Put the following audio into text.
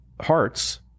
hearts